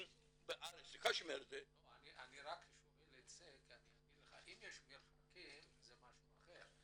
אם יש מרחקים, זה משהו אחר.